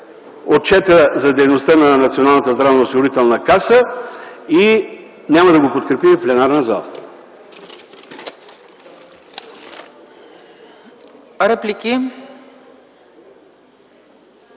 Отчета за дейността на Националната здравноосигурителна каса – няма да го подкрепи и в пленарната зала.